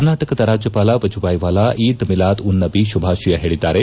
ಕರ್ನಾಟಕದ ರಾಜ್ಯವಾಲ ಮಜೂಬಾಯಿ ವಾಲಾ ಈದ್ ಮಿಲಾದ್ ಉನ್ ನಟಿ ಶುಭಾಶಯ ಹೇಳಿದ್ದಾರೆ